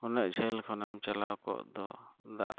ᱩᱱᱟᱹᱜ ᱡᱷᱟᱹᱞ ᱠᱷᱚᱱᱮᱢ ᱪᱟᱞᱟᱣ ᱠᱚᱜ ᱫᱚ ᱫᱟᱜ